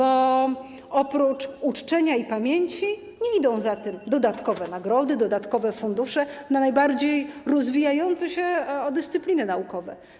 Poza chęcią uczczenia i upamiętnienia nie idą za tym dodatkowe nagrody, dodatkowe fundusze na najbardziej rozwijające się dyscypliny naukowe.